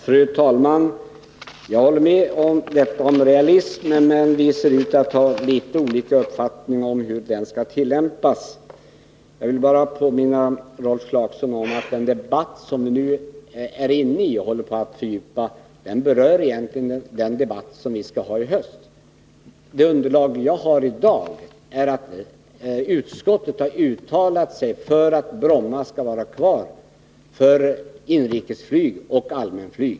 Fru talman! Jag håller med om att det gäller att vara realist, men vi tycks ha olika uppfattningar om hur realismen skall tillämpas. Låt mig påminna Rolf Clarkson om att den debatt som nu pågår egentligen berör den debatt som vi skall föra i höst. Det underlag som finns i dag är att utskottet har uttalat sig för att Bromma flygfält skall vara kvar för inrikesflyg och allmänflyg.